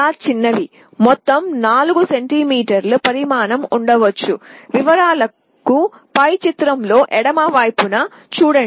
మీరు చూడగలిగే ఎడమ వైపున మొత్తం 4 సెంటీమీటర్ల పరిమాణం ఉంటుంది